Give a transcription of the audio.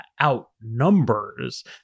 outnumbers